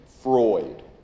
Freud